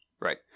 Right